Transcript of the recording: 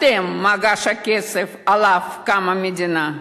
אתם מגש הכסף שעליו קמה המדינה.